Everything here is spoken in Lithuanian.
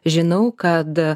žinau kad